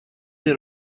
دیر